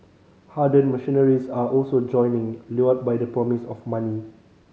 hardened mercenaries are also joining lured by the promise of money